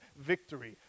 victory